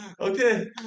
okay